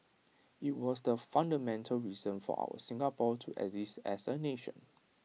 IT was the fundamental reason for our Singapore to exist as A nation